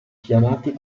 chiamati